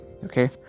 okay